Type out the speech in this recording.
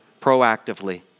proactively